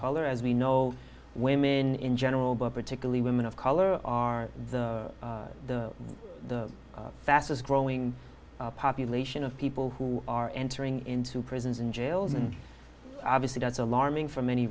color as we know women in general but particularly women of color are the fastest growing population of people who are entering into prisons and jails and obviously that's alarming for many